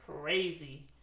Crazy